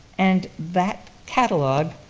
and that catalogue,